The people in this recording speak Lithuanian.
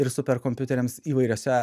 ir superkompiuteriams įvairiose